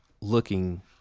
looking